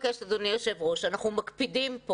אדוני היושב ראש, אנחנו מקפידים כאן.